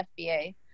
FBA